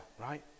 right